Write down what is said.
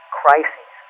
crises